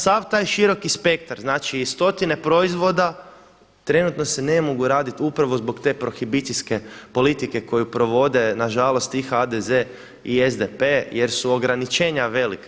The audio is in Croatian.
Sav taj široki spektar, znači stotine proizvoda trenutno se ne mogu raditi upravo zbog te prohibicijske politike koju provode na žalost i HDZ i SDP jer su ograničenja velika.